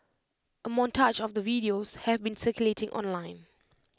A montage of the videos have been circulating online